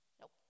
Nope